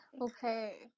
Okay